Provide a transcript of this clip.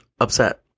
upset